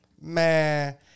Man